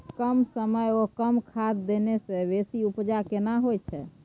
कम समय ओ कम खाद देने से बेसी उपजा केना होय छै?